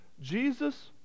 Jesus